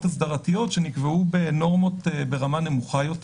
הסדרתיות שנקבעו בנורמות ברמה נמוכה יותר.